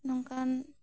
ᱱᱚᱝᱠᱟᱱ